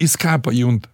jis ką pajunta